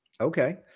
Okay